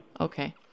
Okay